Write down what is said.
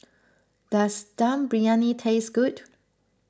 does Dum Briyani taste good